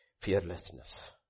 fearlessness